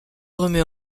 remet